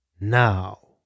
now